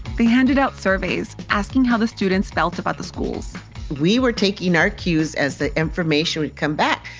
they handed out surveys asking how the students felt about the schools we were taking our cues as the information would come back.